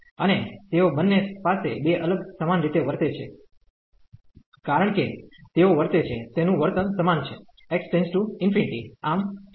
અને તેઓ બન્ને પાસે બે અલગ સમાન રીતે વર્તે છે કારણ કે તેઓ વર્તે છે તેમનું વર્તન સમાન છે x→∞ આમ ઠીક